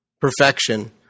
perfection